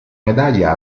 medaglia